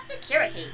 security